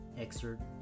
excerpt